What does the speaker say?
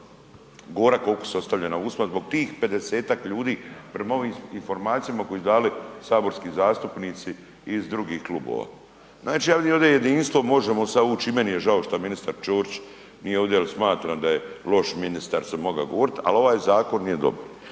gorak okus ostavlja na ustima, zbog tih 50-tak ljudi prema ovim informacijama koji su dali saborski zastupnici iz drugih klubova. Znači ja vidim ovdje jedinstvo, možemo sad uć i meni je žao što ministar Ćorić nije ovdje jel smatram da je loš ministar, …/Govornik se ne razumije/…al ovaj zakon je dobar.